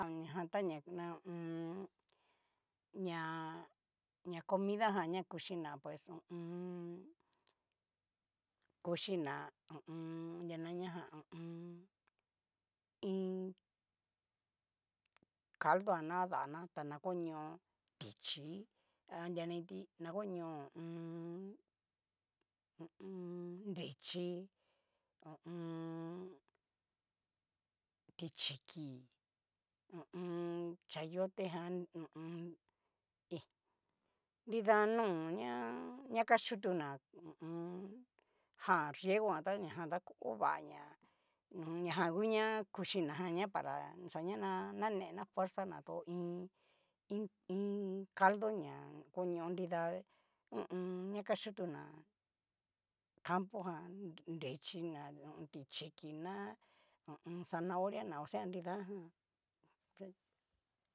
Han ña jan ta na hunnn. ña comida jan ña kuchina pues, ho o on. kuchina ho o on. adria nania jan ho o on. iin caldo jan na kadana, ta na koño tichi'i, anria naniti na koño ho o on. hu u un. nrichí, ho o on. ti chiki, ho o on. chayote jan, ho o on. hí nida nó ña ñakayutuna ho o on. jan riego jan tá ovaña ña jan u'ña kuxhina jan ña para xaña na nanena fuerzana tu iin, i iin caldo ñá hu koño nridá ho o on. ña kayutuna campo jan nrichí na ha a an. ti chiki ná ha o on zanahoria na osea nidajan.